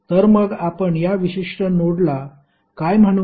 तर मग आपण या विशिष्ट नोडला काय म्हणू